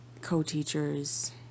co-teachers